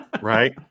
right